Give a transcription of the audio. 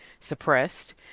suppressed